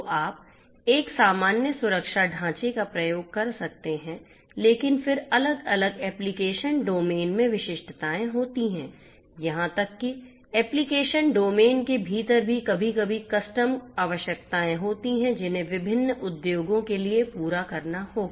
तो आप एक सामान्य सुरक्षा ढांचे का प्रयोग कर सकते हैं लेकिन फिर अलग अलग एप्लिकेशन डोमेन में विशिष्टताएं होती हैं यहां तक कि एप्लिकेशन डोमेन के भीतर भी कभी कभी कस्टम आवश्यकताएं होती हैं जिन्हें विभिन्न उद्योगों के लिए पूरा करना होगा